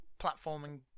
platforming